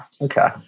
Okay